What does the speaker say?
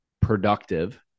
productive